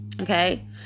Okay